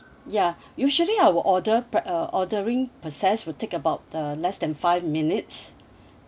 ya usually our order pra~ uh ordering process will take about uh less than five minutes